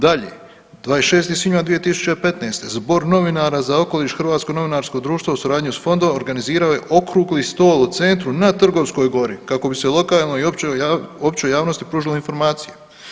Dalje, 26. svibnja 2015. zbor novinara za okoliš Hrvatsko novinarsko društvo u suradnji s fondom organizirao je okrugli stol u centru na Trgovskoj gori kako bi se lokalnoj i općoj javnosti pružile informacije.